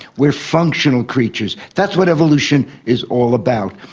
we are functional creatures. that's what evolution is all about.